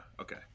okay